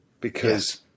Because-